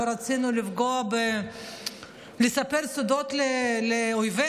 לא רצינו לספר סודות לאויבינו,